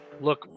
look